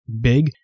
big